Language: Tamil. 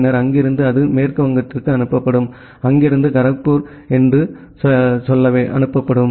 பின்னர் அங்கிருந்து அது மேற்கு வங்கத்திற்கு அனுப்பப்படும் அங்கிருந்து கரக்பூர் என்று சொல்ல அனுப்பப்படும்